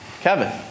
Kevin